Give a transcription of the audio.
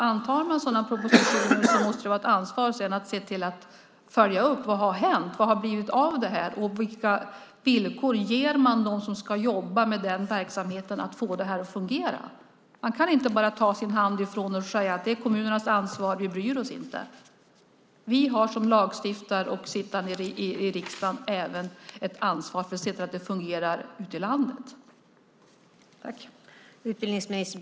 Antar man sådana propositioner måste det vara ett ansvar att följa upp vad som har hänt. Vad har det blivit av det här? Vilka villkor ger man dem som ska jobba med att få den här verksamheten att fungera? Man kan inte bara ta sin hand ifrån detta och säga att det är kommunernas ansvar och att vi inte bryr oss. Som lagstiftare och sittande i riksdagen har vi även ett ansvar för att se till att det fungerar ute i landet.